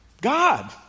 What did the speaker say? God